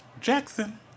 Jackson